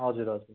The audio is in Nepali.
हजुर हजुर